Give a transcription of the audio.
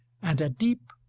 and a deep,